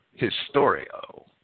historio